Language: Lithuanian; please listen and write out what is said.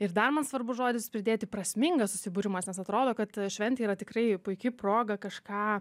ir dar man svarbus žodis pridėti prasmingas susibūrimas nes atrodo kad šventė yra tikrai puiki proga kažką